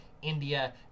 india